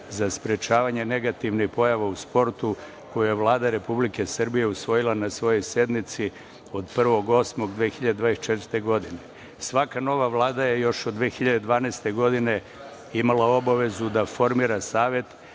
za sprečavanje negativnih pojava u sportu, koji je Vlada Republike Srbije usvojila na svojoj sednici od 1. avgusta 2024. godine. Svaka nova Vlada je još od 2012. godine imala obavezu da formira savet,